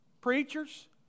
Preachers